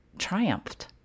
triumphed